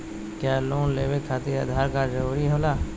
क्या लोन लेवे खातिर आधार कार्ड जरूरी होला?